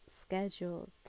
scheduled